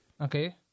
Okay